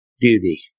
duty